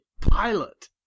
pilot